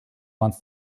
wants